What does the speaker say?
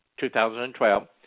2012